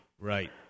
Right